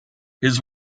his